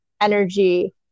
energy